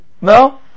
No